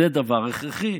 זה דבר הכרחי.